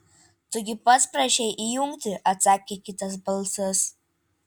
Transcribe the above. tu gi pats prašei įjungti atsakė kitas balsas